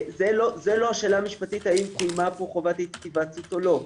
זה לא השאלה המשפטית האם קוימה פה חובת היוועצות או לא.